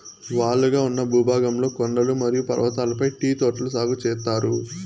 వాలుగా ఉన్న భూభాగంలో కొండలు మరియు పర్వతాలపై టీ తోటలు సాగు చేత్తారు